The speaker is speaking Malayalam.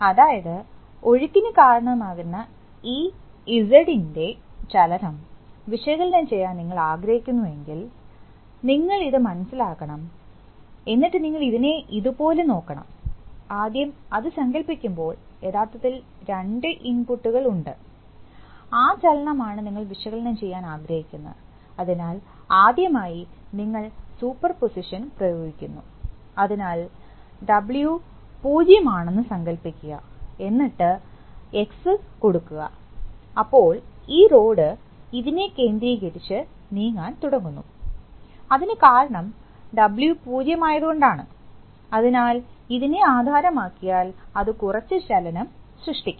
അതായത് ഒഴുക്കിന് കാരണമാകുന്ന ഈ ഇസഡിൻറെ ചലനം വിശകലനം ചെയ്യാൻ നിങ്ങൾ ആഗ്രഹിക്കുന്നുവെങ്കിൽ നിങ്ങൾ ഇത് മനസിലാക്കണം എന്നിട്ട് നിങ്ങൾ ഇതിനെ ഇതുപോലെ നോക്കണം ആദ്യം അത് സങ്കൽപ്പിക്കുമ്പോൾ യഥാർത്ഥത്തിൽ രണ്ട് ഇൻപുട്ടുകൾ ഉണ്ട് ആ ചലനമാണ് നിങ്ങൾ വിശകലനം ചെയ്യാൻ ആഗ്രഹിക്കുന്നത് അതിനാൽ ആദ്യമായി നിങ്ങൾ സൂപ്പർപോസിഷൻ പ്രയോഗിക്കുന്നു അതിനാൽ ഡബ്ലിയു 0 ആണെന്ന് സങ്കൽപ്പിക്കുക എന്നിട്ട് എക്സ് കൊടുക്കുക അപ്പോൾ ഈ റോഡ് ഇതിനെ കേന്ദ്രീകരിച്ച് നീങ്ങാൻ തുടങ്ങുന്നു അതിന് കാരണം ഡബ്ലിയു 0 ആയതുകൊണ്ടാണ് അതിനാൽ ഇതിനെ ആധാരം ആക്കിയാൽ അത് കുറച്ച് ചലനം സൃഷ്ടിക്കും